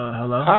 hello